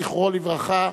זיכרונו לברכה.